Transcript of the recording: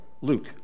Luke